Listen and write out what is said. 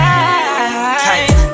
Tight